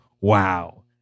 Wow